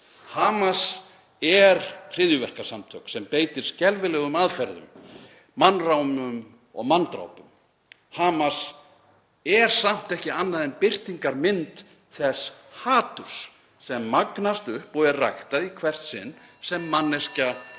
Hamas eru hryðjuverkasamtök sem beita skelfilegum aðferðum; mannránum og manndrápum. Hamas er samt ekki annað en birtingarmynd þess haturs sem magnast upp og er ræktað í hvert sinn sem manneskja er